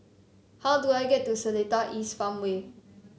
how do I get to Seletar East Farmway